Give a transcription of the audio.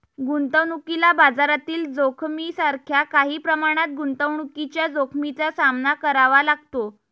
गुंतवणुकीला बाजारातील जोखमीसारख्या काही प्रमाणात गुंतवणुकीच्या जोखमीचा सामना करावा लागतो